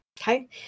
Okay